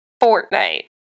Fortnite